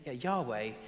Yahweh